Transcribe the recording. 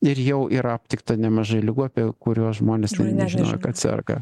ir jau yra aptikta nemažai ligų apie kuriuos žmonės nežino kad serga